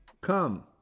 Come